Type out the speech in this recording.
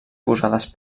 posades